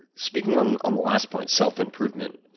speaking on on the last point, self-improvement,